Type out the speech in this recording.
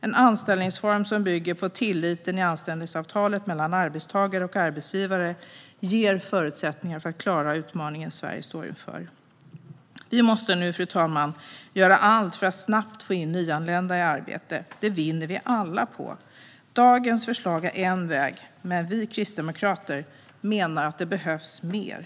En anställningsform som bygger på tilliten i anställningsavtalet mellan arbetstagare och arbetsgivare ger förutsättningar för att klara den utmaning Sverige står inför. Fru talman! Nu måste vi göra allt för att snabbt få nyanlända i arbete. Det vinner vi alla på. Det här förslaget är en väg. Men vi kristdemokrater menar att det behövs mer.